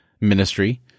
ministry